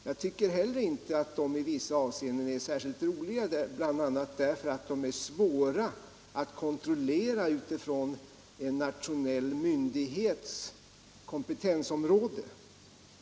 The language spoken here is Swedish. Jag tycker inte heller att de alltid är så roliga, bl.a. därför att de ibland kan vara svåra att kontrollera utifrån en nationell myndighets kompetensområde.